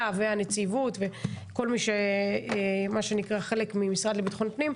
והנציבות וכל מי שחלק מהמשרד לביטחון פנים,